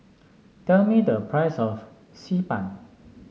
tell me the price of Xi Ban